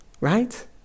right